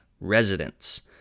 residents